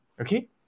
Okay